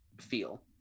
feel